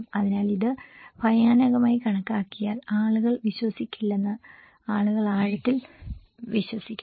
അതിനാൽ ഇത് ഭയാനകമായി കണക്കാക്കിയാൽ ആളുകൾ വിശ്വസിക്കില്ലെന്ന് ആളുകൾ ആഴത്തിൽ വിശ്വസിക്കുന്നു